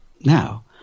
Now